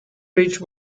bridge